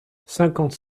cinquante